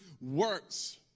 works